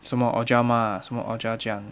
什么 ah 什么